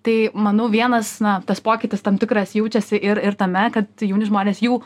tai manau vienas na tas pokytis tam tikras jaučiasi ir ir tame kad jauni žmonės jau